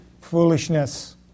foolishness